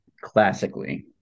classically